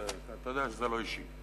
אתה יודע שזה לא אישי.